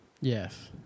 Yes